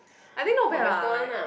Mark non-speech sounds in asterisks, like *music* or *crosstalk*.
*noise* I think not bad lah like